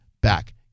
back